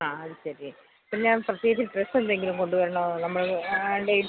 ആ അത് ശരി ഇപ്പം ഞാൻ പ്രത്യേകിച്ച് ഡ്രസ്സെന്തെങ്കിലും കൊണ്ട് വരണോ നമ്മൾ ആ ഡേയ്സ്